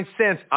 cents